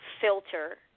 filter